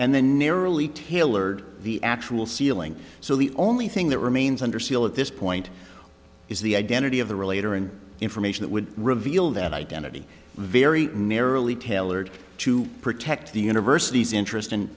and then narrowly tailored the actual ceiling so the only thing that remains under seal at this point is the identity of the relator and information that would reveal that identity very narrowly tailored to protect the university's interest